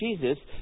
Jesus